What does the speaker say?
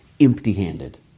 empty-handed